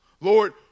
Lord